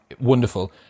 Wonderful